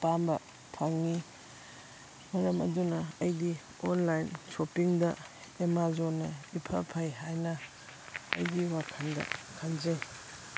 ꯑꯄꯥꯝꯕ ꯐꯪꯉꯤ ꯃꯔꯝ ꯑꯗꯨꯅ ꯑꯩꯗꯤ ꯑꯣꯟꯂꯥꯏꯟ ꯁꯣꯞꯄꯤꯡꯗ ꯑꯥꯃꯥꯖꯣꯟꯅ ꯏꯐ ꯐꯩ ꯍꯥꯏꯅ ꯑꯩꯒꯤ ꯋꯥꯈꯟꯗ ꯈꯟꯖꯩ